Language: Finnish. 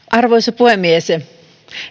arvoisa puhemies